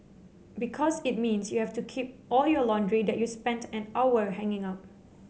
because it means you have to keep all your laundry that you spent an hour hanging up